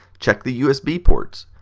check the usb ports.